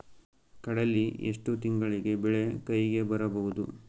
ಕಡಲಿ ಎಷ್ಟು ತಿಂಗಳಿಗೆ ಬೆಳೆ ಕೈಗೆ ಬರಬಹುದು?